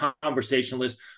conversationalist